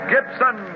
Gibson